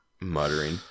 Muttering